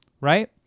right